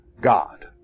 God